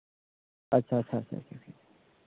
ᱟᱪᱪᱷᱟ ᱟᱪᱪᱷᱟ ᱪᱷᱟ